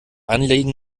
anliegen